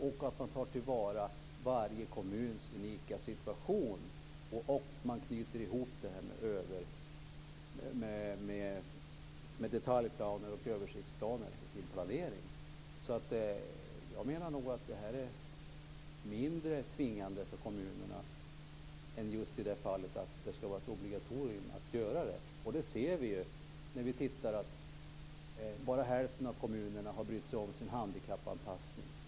Man skall ta till vara varje kommuns unika situation och knyta ihop detta med detaljplaner och översiktsplaner i sin planering. Jag menar nog att detta är mindre tvingande för kommunerna förutom i det fallet att det skall vara ett obligatorium att göra det. Vi kan se att bara hälften av kommunerna har brytt sig om sin handikappanpassning.